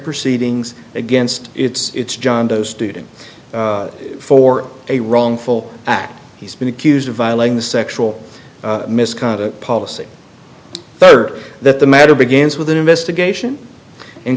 proceedings against its jondo student for a wrongful act he's been accused of violating the sexual misconduct policy that are that the matter begins with an investigation and